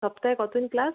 সপ্তাহে কতো দিন ক্লাস